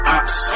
ops